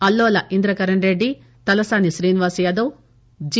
Allola Indrakaran Reddy Talasani Srinivas Yadav G